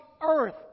earth